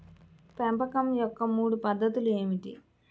పెంపకం యొక్క మూడు పద్ధతులు ఏమిటీ?